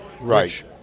Right